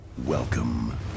Welcome